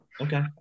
Okay